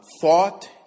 thought